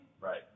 Right